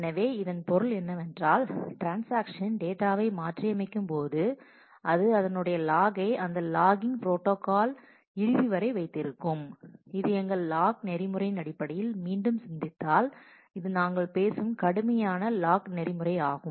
எனவே இதன் பொருள் என்னவென்றால் ட்ரான்ஸாக்ஷன் டேட்டாவை மாற்றியமைக்கும்போது இது அதனுடைய லாக்கை அந்த லாக்கிங் ப்ரோட்டோகால் இறுதி வரை வைத்திருக்கும் இது எங்கள் லாக் நெறிமுறையின் அடிப்படையில் மீண்டும் சிந்தித்தால் இது நாங்கள் பேசும் கடுமையான லாக் நெறிமுறை ஆகும்